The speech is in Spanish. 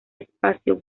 espacio